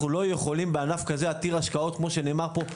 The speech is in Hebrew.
אנחנו לא יכולים בענף כזה עתיר השקעות כמו שנאמר פה,